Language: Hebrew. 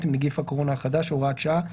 עם נגיף הקורונה החדש (הוראת שעה),